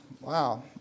wow